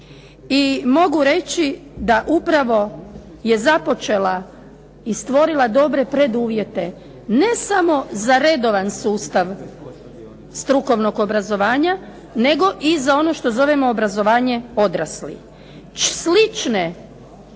i mogu reći da upravo je započela i stvorila dobre preduvjete ne samo za redovan sustav strukovnog obrazovanja nego i za ono što zovemo obrazovanje odraslih. Slične